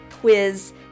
quiz